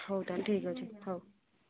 ହଉ ତାହେଲେ ଠିକ୍ ଅଛି ହଉ